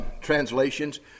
translations